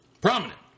prominent